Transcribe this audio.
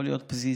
לא להיות פזיזים.